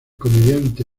comediante